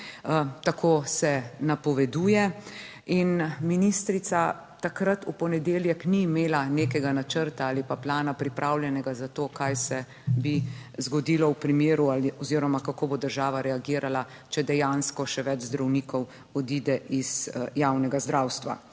Tako se napoveduje. In ministrica takrat v ponedeljek ni imela nekega načrta ali pa plana pripravljenega za to, kaj se bi zgodilo v primeru oziroma kako bo država reagirala, če dejansko še več zdravnikov odide iz javnega zdravstva.